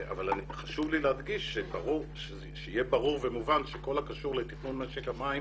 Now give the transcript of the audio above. חשוב לי להדגיש שיהיה ברור ומובן שכל הקשור לתכנון משק המים